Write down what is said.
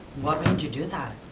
made you do that?